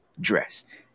dressed